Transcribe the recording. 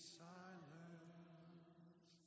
silence